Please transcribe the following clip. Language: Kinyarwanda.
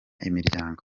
imiryango